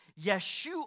Yeshua